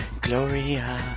Gloria